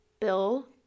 Bill